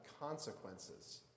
consequences